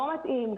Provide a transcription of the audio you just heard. לא מתאים.